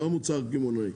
לא המוצר הקמעונאי,